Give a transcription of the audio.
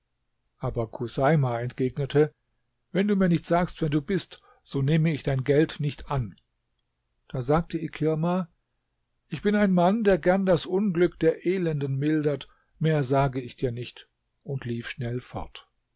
aber chuseima entgegnete wenn du mir nicht sagst wer du bist so nehme ich dein geld nicht an da sagte ikirma ich bin ein mann der gern das unglück der elenden mildert mehr sage ich dir nicht und lief schnell fort